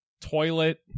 Toilet